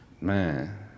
Man